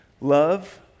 Love